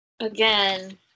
again